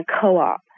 co-op